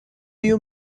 you